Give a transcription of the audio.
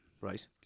Right